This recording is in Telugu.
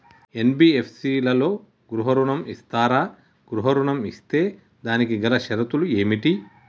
ఎన్.బి.ఎఫ్.సి లలో గృహ ఋణం ఇస్తరా? గృహ ఋణం ఇస్తే దానికి గల షరతులు ఏమిటి?